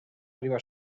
arribar